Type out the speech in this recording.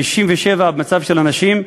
ו-67 במצב של הנשים,